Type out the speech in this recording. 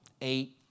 eight